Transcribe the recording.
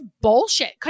bullshit